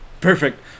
Perfect